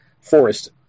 forest